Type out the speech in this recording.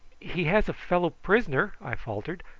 he has a fellow-prisoner, i faltered.